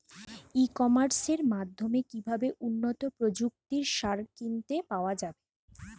ই কমার্সের মাধ্যমে কিভাবে উন্নত প্রযুক্তির সার কিনতে পাওয়া যাবে?